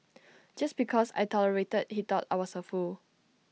just because I tolerated he thought I was A fool